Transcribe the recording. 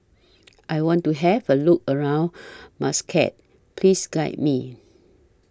I want to Have A Look around Muscat Please Guide Me